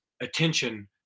attention